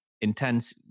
intense